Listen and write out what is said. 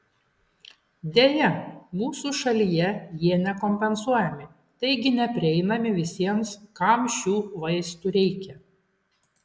deja mūsų šalyje jie nekompensuojami taigi neprieinami visiems kam šių vaistų reikia